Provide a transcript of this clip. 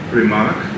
remark